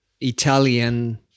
Italian